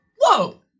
Whoa